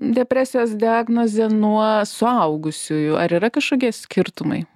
depresijos diagnozė nuo suaugusiųjų ar yra kažkokie skirtumai